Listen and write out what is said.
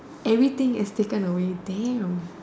anything is taken away damn